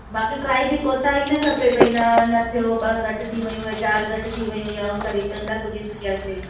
मां खे काई बि कोताई न खपे भई न न थियो ॿ घटि थी वेयूं या चारि घटि थी वेयूं या हुन तारीख़ ताईं न पुॼी सघियासीं